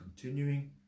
continuing